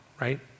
right